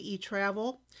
travel